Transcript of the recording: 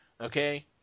Okay